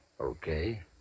Okay